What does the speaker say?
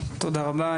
תודה רבה.